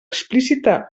explícita